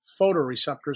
photoreceptors